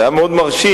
זה היה מאוד מרשים,